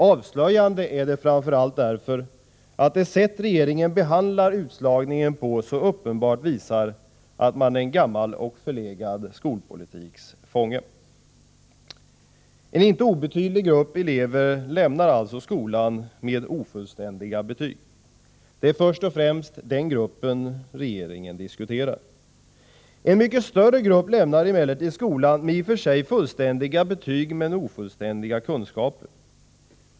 Avslöjande är det framför allt därför att det sätt som regeringen behandlar utslagningen på så uppenbart visar att man är en gammal och förlegad skolpolitiks fånge. En inte obetydlig grupp elever lämnar skolan med ofullständiga betyg. Det är först och främst den gruppen regeringen diskuterar. En mycket större grupp lämnar emellertid skolan med i och för sig fullständiga betyg men med ofullständiga kunskaper.